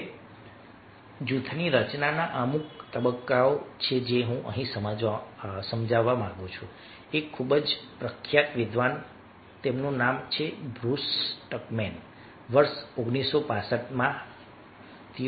હવે જૂથની રચનાના અમુક તબક્કાઓ છે જે હું અહીં સમજાવવા માંગુ છું એક ખૂબ જ પ્રખ્યાત વિદ્વાન તેમનું નામ બ્રુસ ટકમેન વર્ષ 1965માં છે